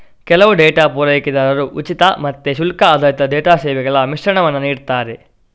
ಕೆಲವು ಡೇಟಾ ಪೂರೈಕೆದಾರರು ಉಚಿತ ಮತ್ತೆ ಶುಲ್ಕ ಆಧಾರಿತ ಡೇಟಾ ಸೇವೆಗಳ ಮಿಶ್ರಣವನ್ನ ನೀಡ್ತಾರೆ